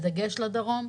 בדגש לדרום.